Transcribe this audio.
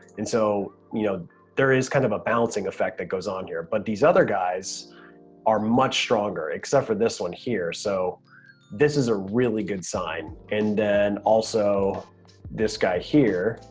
and so you know there is kind of a balancing effect that goes on here but these other guys are much stronger except for this one here. so this is a really good sign. and then also this guy here.